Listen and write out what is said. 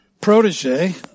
protege